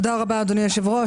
תודה רבה אדוני היושב ראש,